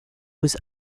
was